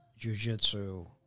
jujitsu